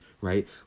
right